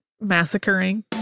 massacring